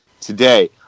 today